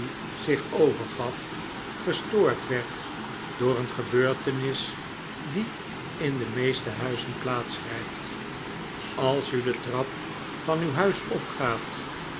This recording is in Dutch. i i oodqjqoqqo p tenis die in de meeste huizen plaatsgrijpt als u de trap van uw huis p opgaat